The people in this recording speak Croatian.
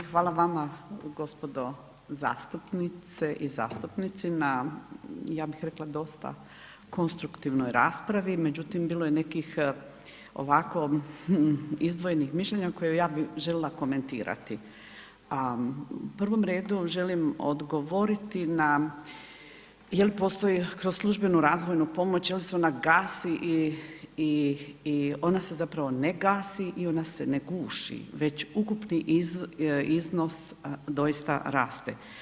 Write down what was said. I hvala vama gospodo zastupnice i zastupnici na ja bih rekla dostav konstruktivnoj raspravi, međutim bilo je nekih ovako izdvojenih mišljenja koja je bih željela komentirati, a u prvom redu želim odgovoriti na jel postoji kroz službenu razvojnu pomoć, jel se ona gasi i ona se zapravo ne gasi i ona se ne guši, već ukupni iznos doista raste.